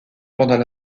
pendant